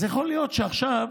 אז יכול להיות שעכשיו,